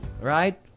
right